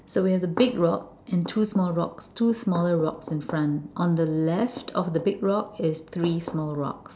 so we have the big rock and two small rocks two smaller rocks in front on the left of the big rock is three small rocks